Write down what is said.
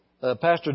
Pastor